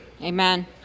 Amen